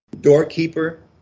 Doorkeeper